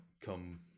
come